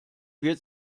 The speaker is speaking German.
wird